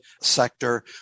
sector